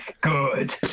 good